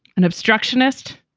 an obstructionist,